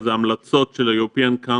אז ההמלצות של ה European Council